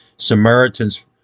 Samaritan's